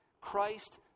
Christ